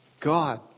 God